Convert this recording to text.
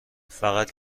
فقط